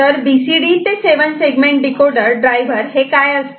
तर बीसीडी ते 7 segment decoder driver हे काय असते